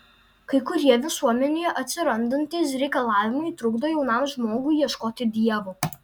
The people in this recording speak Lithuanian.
kai kurie visuomenėje atsirandantys reikalavimai trukdo jaunam žmogui ieškoti dievo